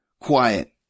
quiet